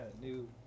new